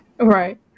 right